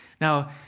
Now